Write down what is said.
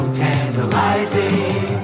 tantalizing